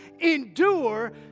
endure